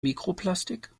mikroplastik